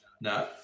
No